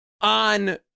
on